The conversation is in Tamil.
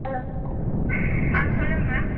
ஹலோ ஆ சொல்லுங்கள் மேம்